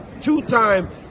two-time